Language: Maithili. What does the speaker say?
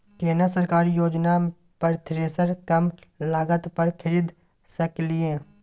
केना सरकारी योजना पर थ्रेसर कम लागत पर खरीद सकलिए?